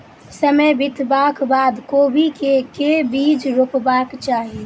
समय बितबाक बाद कोबी केँ के बीज रोपबाक चाहि?